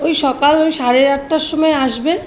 ওই সকাল সাড়ে আটটার সময় আসবেন